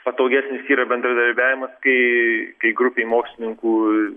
patogesnis yra bendradarbiavimas kai kai grupė mokslininkų